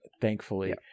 thankfully